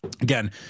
Again